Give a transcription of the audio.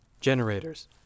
Generators